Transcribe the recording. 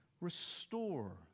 restore